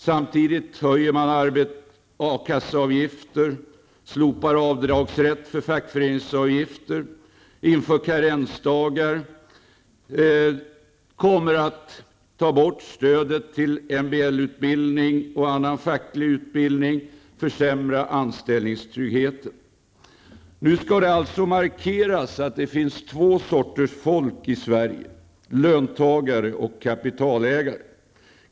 Samtidigt höjer man A kasseavgifterna, slopar avdragsrätten för fackföreningsavgifter, inför karensdagar, tar bort stödet till MBL-utbildning och annan facklig utbildning, och försämrar anställningstryggheten. Nu skall det alltså markeras att det finns två sorters folk i Sverige -- löntagare och kapitalägare.